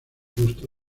gusto